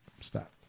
stop